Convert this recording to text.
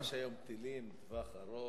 אתה יודע, יש היום טילים לטווח ארוך,